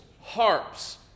harps